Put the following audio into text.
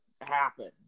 happen